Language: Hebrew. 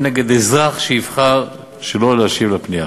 נגד אזרח שיבחר שלא להשיב על הפנייה.